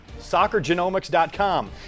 soccergenomics.com